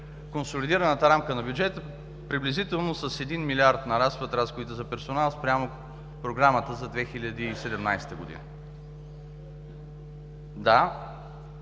Консолидираната рамка на бюджета, приблизително с 1 млрд. лв. нарастват разходите за персонала, спрямо Програмата за 2017 година. Да,